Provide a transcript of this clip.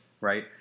right